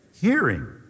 hearing